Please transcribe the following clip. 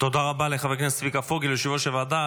תודה רבה לחבר הכנסת צביקה פוגל, יושב-ראש הוועדה.